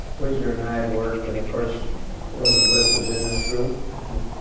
wiesner and i had worked, and of course rosenblith was in that group. and